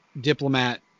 diplomat